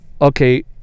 Okay